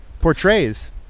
Portrays